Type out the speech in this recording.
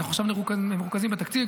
אנחנו עכשיו מרוכזים בתקציב.